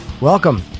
Welcome